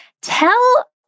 Tell